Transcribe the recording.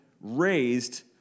raised